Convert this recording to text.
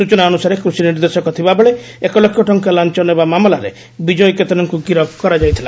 ସ୍ଚନା ଅନ୍ସାରେ କୃଷି ନିର୍ଦ୍ଦେଶକ ଥିବାବେଳେ ଏକ ଲକ୍ଷ ଟଙ୍କା ଲାଞ ନେବା ମାମଲାରେ ବିଜୟ କେତନଙ୍କୁ ଗିରଫ କରାଯାଇଥିଲା